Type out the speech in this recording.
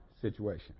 situation